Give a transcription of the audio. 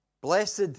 blessed